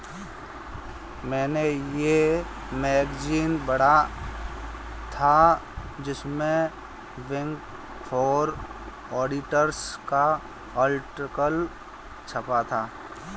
मेने ये मैगज़ीन पढ़ा था जिसमे बिग फॉर ऑडिटर्स का आर्टिकल छपा था